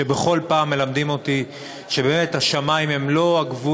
שבכל פעם מלמדים אותי שבאמת השמים הם לא הגבול,